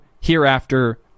hereafter